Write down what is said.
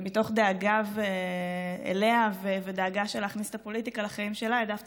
ומתוך דאגה אליה ודאגה מלהכניס את הפוליטיקה לחיים שלה העדפתי